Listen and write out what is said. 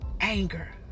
anger